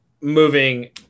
moving